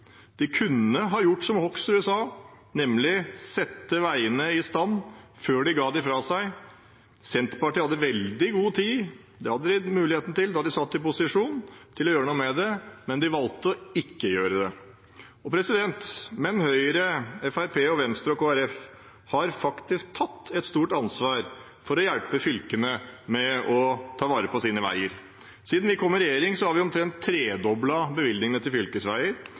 de er i opposisjon. De kunne ha gjort som Hoksrud sa, nemlig satt veiene i stand før de ga dem fra seg. Senterpartiet hadde veldig god tid og mulighet til å gjøre noe med det da de satt i posisjon, men de valgte ikke å gjøre det. Men Høyre, Fremskrittspartiet, Venstre og Kristelig Folkeparti har faktisk tatt et stort ansvar for å hjelpe fylkene med å ta vare på sine veier. Siden vi kom i regjering, har vi omtrent tredoblet bevilgningene til